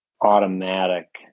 automatic